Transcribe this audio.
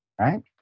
right